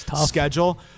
schedule